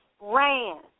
ran